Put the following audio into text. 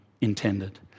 intended